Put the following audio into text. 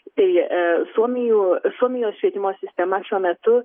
tai a suomijų suomijos švietimo sistema šiuo metu